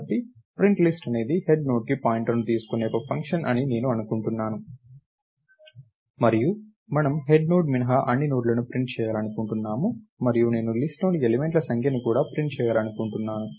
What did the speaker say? కాబట్టి ప్రింట్లిస్ట్ అనేది హెడ్ నోడ్కు పాయింటర్ను తీసుకునే ఒక ఫంక్షన్ అని నేను అనుకుంటాను మరియు మనము హెడ్ నోడ్ మినహా అన్ని నోడ్లను ప్రింట్ చేయాలనుకుంటున్నాము మరియు నేను లిస్ట్ లోని ఎలిమెంట్ల సంఖ్యను కూడా ప్రింట్ చేయాలనుకుంటున్నాను